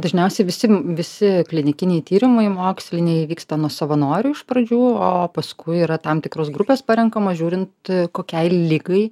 dažniausiai visi visi klinikiniai tyrimai moksliniai vyksta nuo savanorių iš pradžių o paskui yra tam tikros grupės parenkamos žiūrint kokiai ligai